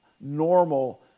normal